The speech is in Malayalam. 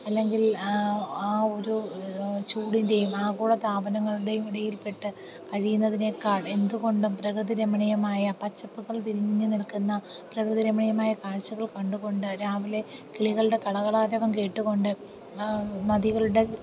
അല്ലെങ്കിൽ ആ ഒരു ചൂടിൻ്റെയും ആഗോളതാപനങ്ങളുടേയും ഇടയിൽ പെട്ട് കഴിയുന്നതിനേക്കാൾ എന്തുകൊണ്ടും പ്രകൃതിരമണീയമായ പച്ചപ്പുകൾ വിരിഞ്ഞു നിൽക്കുന്ന പ്രകൃതിരമണീയമായ കാഴ്ചകൾ കണ്ടു കൊണ്ട് രാവിലെ കിളികളുടെ കളകളാരവം കേട്ടു കൊണ്ട് നദികളുടെ